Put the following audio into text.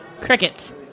crickets